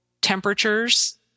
temperatures